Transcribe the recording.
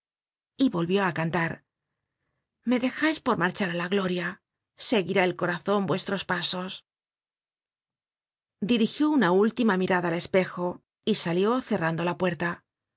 y volvió á cantar me dejais por marchar á la gloria seguirá el corazón vuestros pasos dirigió una última mirada al espejo y salió cerrando la puerta